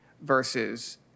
versus